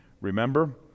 remember